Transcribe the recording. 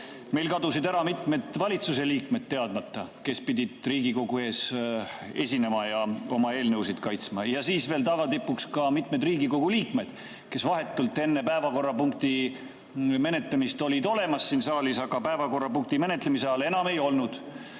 meil kadusid ära mitmed valitsuse liikmed, kes pidid Riigikogu ees esinema ja oma eelnõusid kaitsma. Ja tagatipuks ka mitmed Riigikogu liikmed, kes vahetult enne päevakorrapunkti menetlemist olid olemas siin saalis, aga päevakorrapunkti menetlemise ajal enam ei olnud.